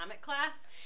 class